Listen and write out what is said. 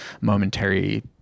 momentary